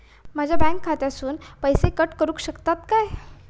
माझ्या बँक खात्यासून पैसे कट करुक शकतात काय?